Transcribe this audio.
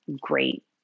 great